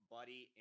Buddy